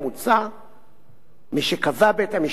משקבע בית-המשפט העליון שחוק אינו תקף